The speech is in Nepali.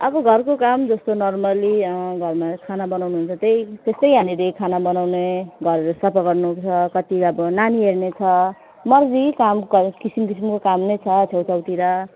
अब घरको काम जस्तो नर्मली घरमा खाना बनाउनुहुन्छ त्यही त्यस्तै यहाँनिर खाना बनाउने घर सफा गर्नुपर्छ कति अब नानी हेर्ने छ मर्जी काम गरे किसिम किसिमको काम नै छ छेउछाउतिर